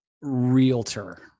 realtor